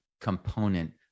component